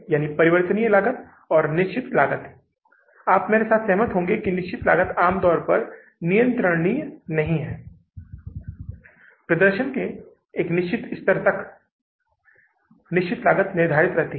इसलिए यदि आप इसका उपयोग करते हैं जो कि वर्तमान परिचालनों के लिए उपलब्ध है तो आपकी नकदी की कमी 322000 डॉलर से घटकर 318000 डॉलर हो जाती है